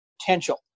potential